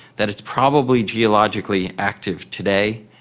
that it's probably geologically active today.